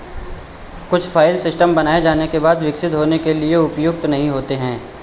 कुछ file system बनाए जाने के बाद विकसित होने के लिए उपयुक्त नहीं होते हैं